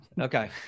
Okay